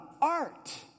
art